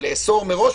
אבל לאסור מראש?